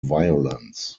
violence